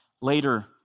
later